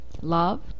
love